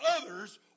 others